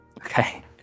Okay